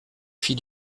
fit